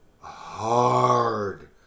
hard